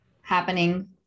happening